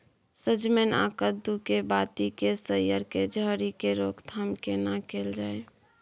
सजमैन आ कद्दू के बाती के सईर के झरि के रोकथाम केना कैल जाय?